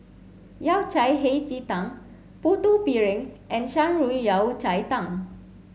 Yao Cai Hei Ji Tang Putu Piring and Shan Rui Yao Cai Tang